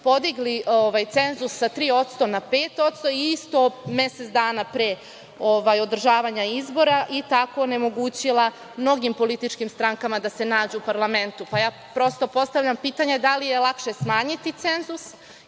podigli cenzus sa 3% na 5% isto mesec dana pre održavanja izbora i tako onemogućila mnogim političkim strankama da se nađu u parlamentu. Pa, ja prosto postavljam pitanje – da li je lakše smanjiti cenzus